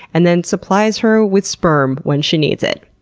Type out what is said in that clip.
and then supplies her with sperm when she needs it.